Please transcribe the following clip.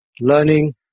learning